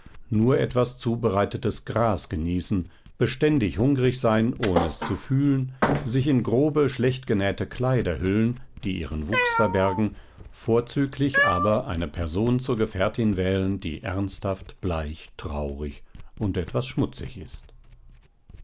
nur etwas zubereitetes gras genießen beständig hungrig sein ohne es zu fühlen sich in grobe schlecht genähte kleider hüllen die ihren wuchs verbergen vorzüglich aber eine person zur gefährtin wählen die ernsthaft bleich traurig und etwas schmutzig ist